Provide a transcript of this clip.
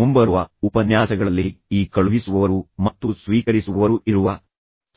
ಮುಂಬರುವ ಉಪನ್ಯಾಸಗಳಲ್ಲಿ ಈ ಕಳುಹಿಸುವವರು ಮತ್ತು ಸ್ವೀಕರಿಸುವವರು ಇರುವ